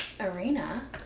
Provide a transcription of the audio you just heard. Arena